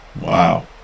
Wow